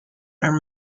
are